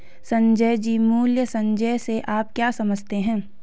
संजय जी, मूल्य संचय से आप क्या समझते हैं?